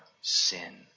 sin